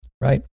Right